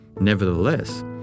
Nevertheless